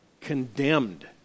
Condemned